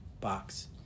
Box